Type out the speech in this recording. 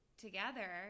together